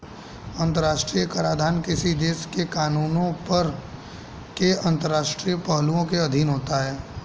अंतर्राष्ट्रीय कराधान किसी देश के कर कानूनों के अंतर्राष्ट्रीय पहलुओं के अधीन होता है